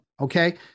Okay